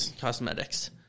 cosmetics